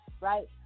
right